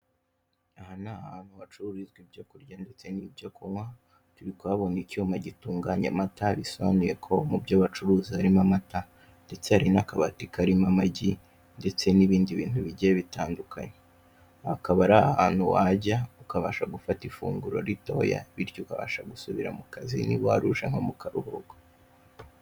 Aha ni ahantu hacururizwa ibyo kurya n'ibyo kunywa, turi kuhabona icyuma gitunganya amata bisobsnuye ko mubyo bacuruza harimo amata ndetse hari n'akabati karimo amagi, ndetse n'ibindi bintu bigiye bitandukanye, akaba ari ahantu wajya ukabasha gufata ifunguro ritoya bityo ukabasha gusubira mu kazi niba wari uje nko mukaruhuko.